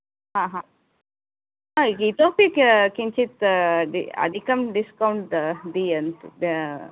हा हा हा इतोपि कि किञ्चित् अधिकं डिस्कौण्ट् दीय